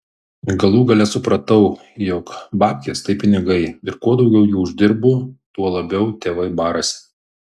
galų gale supratau jog babkės tai pinigai ir kuo daugiau jų uždirbu tuo labiau tėvai barasi